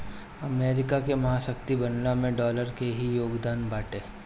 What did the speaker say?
America के महाशक्ति बनला में डॉलर के ही योगदान बाटे